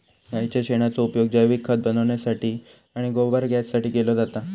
गाईच्या शेणाचो उपयोग जैविक खत बनवण्यासाठी आणि गोबर गॅससाठी केलो जाता